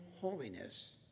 holiness